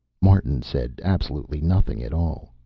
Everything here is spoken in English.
martin said absolutely nothing at all.